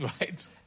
Right